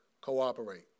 cooperate